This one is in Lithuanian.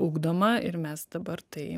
ugdoma ir mes dabar tai